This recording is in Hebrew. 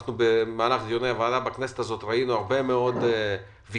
במהלך דיוני הוועדה בכנסת הזאת ראינו הרבה מאוד ויכוחים,